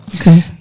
Okay